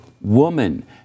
woman